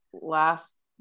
Last